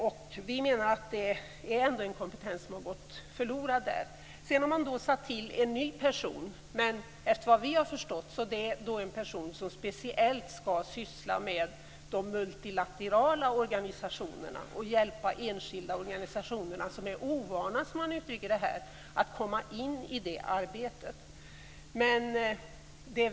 Vi kristdemokrater menar att denna kompetens ändå har gått förlorad i och med detta. Man har nu tillsatt en ny person, men efter vad vi har förstått skall den personen speciellt syssla med de multilaterala organisationerna och hjälpa de enskilda organisationer som är ovana - så uttrycker man det - att komma in i arbetet.